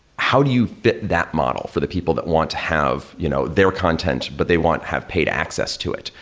how do you fit that model for the people that want to have you know their contents, but they want to have paid access to it?